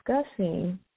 discussing